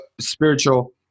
spiritual